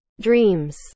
dreams